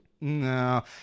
No